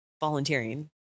volunteering